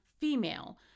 female